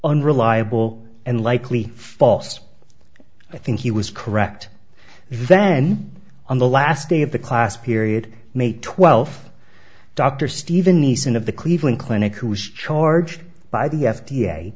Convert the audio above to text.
unreliable and likely false i think he was correct then on the last day of the class period may twelfth dr steven nissen of the cleveland clinic who was charged by the f